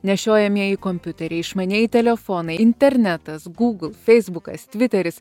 nešiojamieji kompiuteriai išmanieji telefonai internetas google feisbukas tviteris